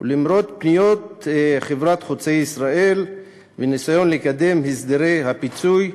למרות פניות חברת "חוצה ישראל" בניסיון לקדם את הסדרי הפיצוי.